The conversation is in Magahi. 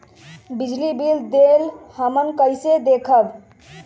बिजली बिल देल हमन कईसे देखब?